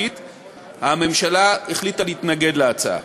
הממשלה החליטה להתנגד להצעה.